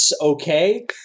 okay